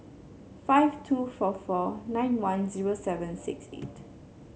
five two four four nine one zero seven six eight